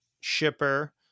shipper